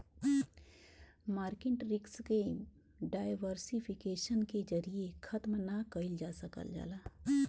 market risk के diversification के जरिये खत्म ना कइल जा सकल जाला